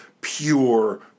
pure